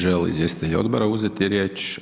Želi li izvjestitelj odbora uzeti riječ?